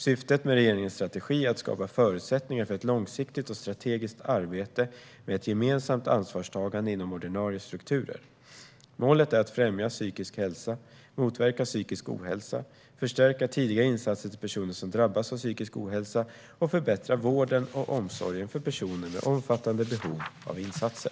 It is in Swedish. Syftet med regeringens strategi är att skapa förutsättningar för ett långsiktigt och strategiskt arbete, med ett gemensamt ansvarstagande inom ordinarie strukturer. Målet är att främja psykisk hälsa, motverka psykisk ohälsa, förstärka tidiga insatser till personer som drabbas av psykisk ohälsa och förbättra vården och omsorgen för personer med omfattande behov av insatser.